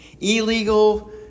illegal